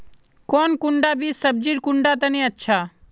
कौन कुंडा बीस सब्जिर कुंडा तने अच्छा?